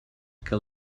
que